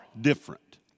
different